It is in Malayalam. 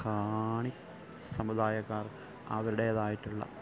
കാണി സമുദായക്കാര് അവരുടേതായിട്ടുള്ള